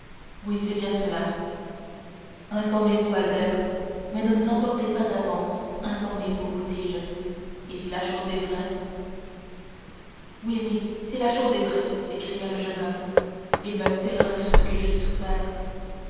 oui c'est bien cela informez-vous albert mais ne vous emportez pas d'avance informez-vous vous dis-je et si la chose est vraie oh oui si la chose est vraie s'écria le jeune homme il me paiera tout ce que j'ai souffert